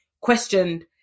questioned